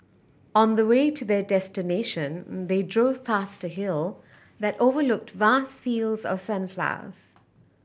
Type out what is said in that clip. on the way to their destination they drove past a hill that overlooked vast fields of sunflowers